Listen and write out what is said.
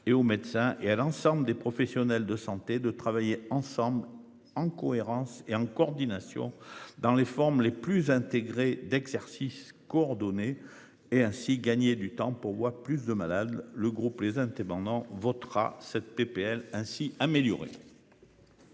et au médecin et à l'ensemble des professionnels de santé, de travailler ensemble en cohérence et en coordination dans les formes les plus intégrée d'exercice coordonné et ainsi gagner du temps pour moi plus de malades, le groupe les indépendants votera cette PPL ainsi améliorer.